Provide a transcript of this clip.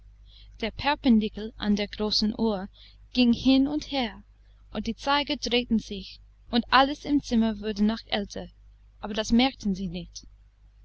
der perpendikel an der großen uhr ging hin und her und die zeiger drehten sich und alles im zimmer wurde noch älter aber das merkten sie nicht